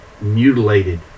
mutilated